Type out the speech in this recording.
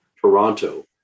Toronto